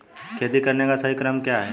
खेती करने का सही क्रम क्या है?